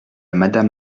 madame